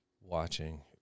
watching